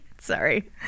sorry